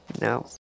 No